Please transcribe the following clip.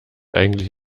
eigentlich